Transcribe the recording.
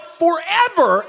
forever